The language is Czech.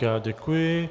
Já děkuji.